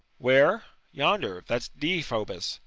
where? yonder? that's deiphobus.